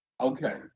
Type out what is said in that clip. Okay